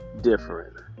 different